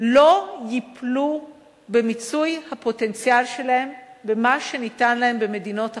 לא ייפלו במיצוי הפוטנציאל שלהם ממה שניתן להם במדינות אחרות.